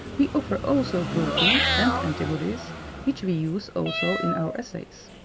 we offer also proteins and antibodies which we use also in our assays.